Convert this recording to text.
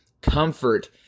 comfort